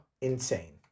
Insane